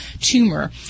tumor